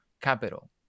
capital